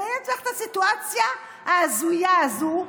תדמייני לעצמך את הסיטואציה ההזויה הזו,